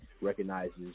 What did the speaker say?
recognizes